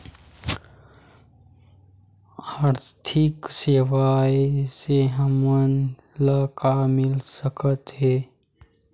आर्थिक सेवाएं से हमन ला का मिल सकत हे?